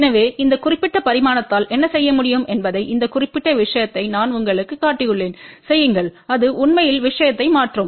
எனவே இந்த குறிப்பிட்ட பரிமாணத்தால் என்ன செய்ய முடியும் என்பதை இந்த குறிப்பிட்ட விஷயத்தை நான் உங்களுக்குக் காட்டியுள்ளேன் செய்யுங்கள் அது உண்மையில் விஷயத்தை மாற்றும்